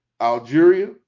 Algeria